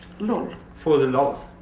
lol? for the lulz.